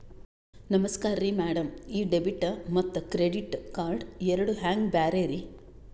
ನಮಸ್ಕಾರ್ರಿ ಮ್ಯಾಡಂ ಈ ಡೆಬಿಟ ಮತ್ತ ಕ್ರೆಡಿಟ್ ಕಾರ್ಡ್ ಎರಡೂ ಹೆಂಗ ಬ್ಯಾರೆ ರಿ?